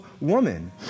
woman